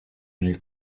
nel